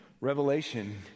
Revelation